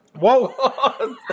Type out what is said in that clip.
Whoa